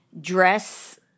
Dress-